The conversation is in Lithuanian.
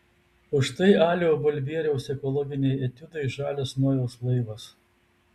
o štai alio balbieriaus ekologiniai etiudai žalias nojaus laivas